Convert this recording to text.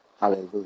hallelujah